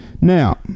Now